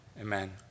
Amen